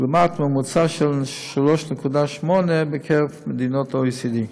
לעומת ממוצע של 3.8 במדינות ה-OECD.